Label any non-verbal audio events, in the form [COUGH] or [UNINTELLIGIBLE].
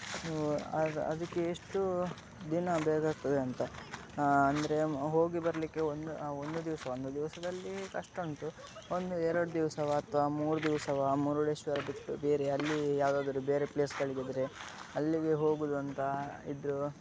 [UNINTELLIGIBLE] ಅದು ಅದಕ್ಕೆ ಎಷ್ಟು ದಿನ ಬೇಕಾಗ್ತದೆ ಅಂತ ಅಂದರೆ ಹೋಗಿ ಬರಲಿಕ್ಕೆ ಒಂದು ಒಂದು ದಿವಸ ಒಂದು ದಿವಸದಲ್ಲಿ ಕಷ್ಟ ಉಂಟು ಒಂದು ಎರಡು ದಿವಸವ ಅಥವಾ ಮೂರು ದಿವಸವ ಮುರುಡೇಶ್ವರ ಬಿಟ್ಟು ಬೇರೆ ಅಲ್ಲಿ ಯಾವ್ದಾದರೂ ಬೇರೆ ಪ್ಲೇಸ್ಗಳಿಗಿದ್ದರೆ ಅಲ್ಲಿಗೆ ಹೋಗುವುದಂತ ಇದ್ದರು